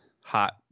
hot